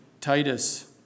Titus